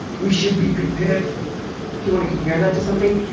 we should be prepared for it if you want to compare that to something,